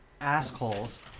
assholes